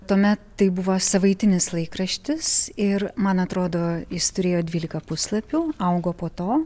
tuomet tai buvo savaitinis laikraštis ir man atrodo jis turėjo dvylika puslapių augo po to